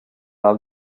del